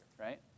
right